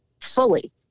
fully